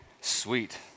Sweet